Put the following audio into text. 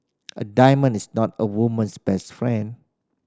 a diamonds is not a woman's best friend